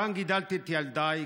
כאן גידלתי את ילדיי,